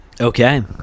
Okay